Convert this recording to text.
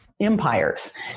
empires